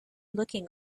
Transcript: looking